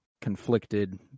conflicted